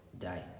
die